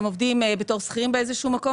הם עובדים בתור שכירים באיזה שהוא מקום